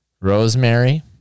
Rosemary